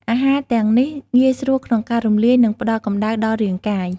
អាហារទាំងនេះងាយស្រួលក្នុងការរំលាយ និងផ្ដល់កំដៅដល់រាងកាយ។